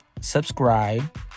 subscribe